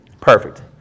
Perfect